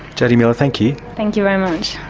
jodi miller, thank you. thank you very much.